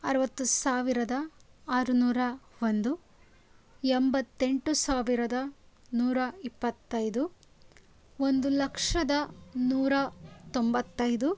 ಅರುವತ್ತು ಸಾವಿರದ ಆರು ನೂರ ಒಂದು ಎಂಬತ್ತೆಂಟು ಸಾವಿರದ ನೂರ ಇಪ್ಪತ್ತೈದು ಒಂದು ಲಕ್ಷದ ನೂರ ತೊಂಬತ್ತೈದು